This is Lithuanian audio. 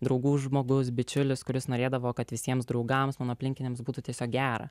draugų žmogaus bičiulis kuris norėdavo kad visiems draugams mano aplinkiniams būtų tiesiog gera